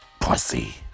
pussy